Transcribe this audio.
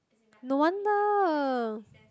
no wonder